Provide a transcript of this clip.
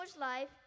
life